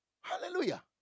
Hallelujah